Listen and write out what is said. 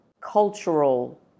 cultural